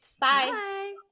Bye